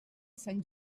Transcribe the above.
sant